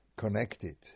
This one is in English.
Connected